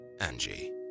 Angie